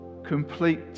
complete